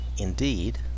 Indeed